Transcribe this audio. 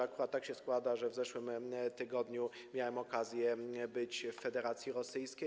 Akurat tak się składa, że w zeszłym tygodniu miałem okazję być w Federacji Rosyjskiej.